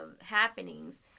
happenings